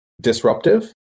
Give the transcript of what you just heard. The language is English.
disruptive